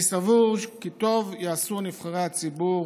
אני סבור כי טוב יעשו נבחרי הציבור